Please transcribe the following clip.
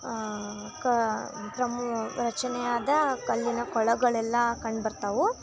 drum ಚೆಂದ ಅದ ಕಲ್ಲಿನ ಕೊಳಗಳೆಲ್ಲ ಕಂಡು ಬರ್ತವೆ